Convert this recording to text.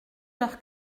leurs